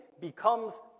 becomes